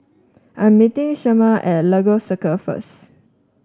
I'm meeting Shemar at Lagos Circle first